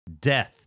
death